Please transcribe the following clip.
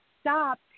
stop